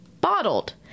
Bottled